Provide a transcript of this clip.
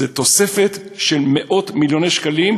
זה תוספת של מאות-מיליוני שקלים.